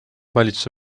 valitsuse